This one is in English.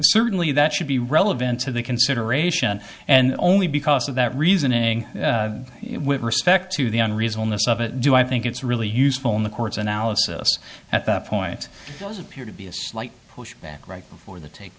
certainly that should be relevant to the consideration and only because of that reasoning with respect to the henri's onus of it do i think it's really useful in the courts analysis at that point appear to be a slight pushback right before the